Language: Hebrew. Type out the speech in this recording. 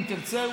אם תרצה,